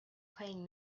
playing